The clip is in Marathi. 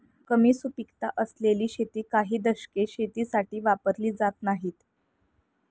कमी सुपीकता असलेली शेती काही दशके शेतीसाठी वापरली जात नाहीत